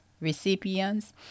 recipients